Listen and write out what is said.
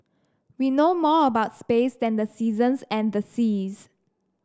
we know more about space than the seasons and the seas